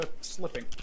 slipping